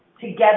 together